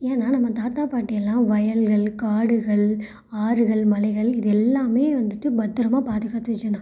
ஏன்னா நம்ம தாத்தா பாட்டியெல்லாம் வயல்கள் காடுகள் ஆறுகள் மலைகள் இது எல்லாமே வந்துவிட்டு பத்திரமாக பாதுகாத்து வெச்சுருந்தோம்